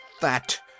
that